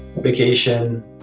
vacation